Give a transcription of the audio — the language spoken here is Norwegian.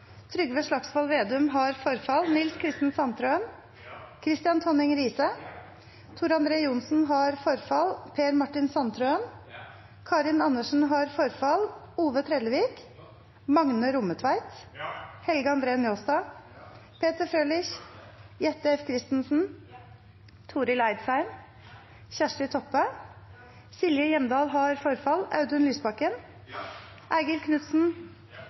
Nils Kristen Sandtrøen, Kristian Tonning Riise, Per Martin Sandtrøen, Ove Trellevik, Magne Rommetveit, Helge André Njåstad, Peter Frølich, Jette F. Christensen, Torill Eidsheim, Kjersti Toppe, Audun Lysbakken, Eigil Knutsen,